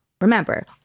remember